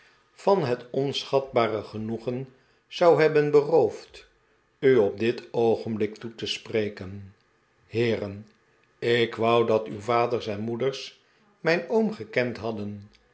man het onschatbare genoegen zou hebben beroofd u op dit oogenblik toe te spreken heeren ik wou dat uw vaders en moeders mijn oom gekend hadden